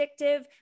addictive